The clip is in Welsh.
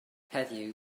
heddiw